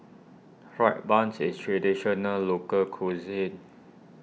Fried Buns is Traditional Local Cuisine